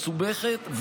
מסובכת,